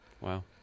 Wow